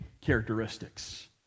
characteristics